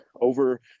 over